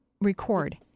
record